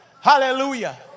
Hallelujah